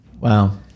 Wow